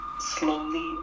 slowly